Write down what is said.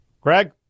greg